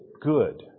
good